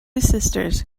sisters